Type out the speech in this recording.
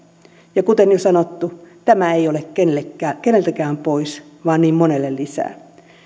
ja kuten jo sanottu tämä ei ole keneltäkään pois vaan niin monelle lisää